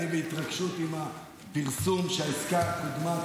אני בהתרגשות עם הפרסום שהעסקה קודמה,